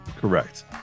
Correct